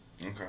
Okay